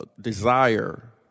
desire